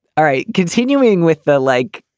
all right. continuing with the like